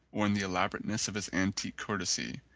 or in the elaborateness of his antique courtesy,